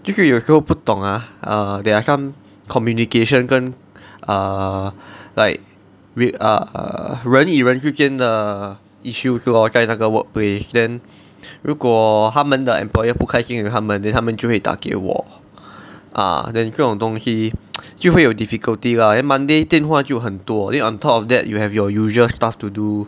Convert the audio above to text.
就是有时候不懂 ah err there are some communication 跟 err like we err 人与人之间的 issues lor 在那个 workplace then 如果他们的 employer 不开心 with 他们 then 他们就会打给我 ah then 各种东西就会有 difficulty lah then monday 电话就很多因为 on top of that you have your usual stuff to do